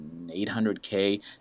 800k